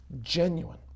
genuine